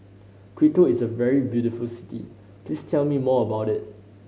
Quito is a very beautiful city please tell me more about it